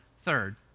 Third